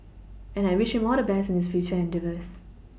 and I wish all the best in his future endeavours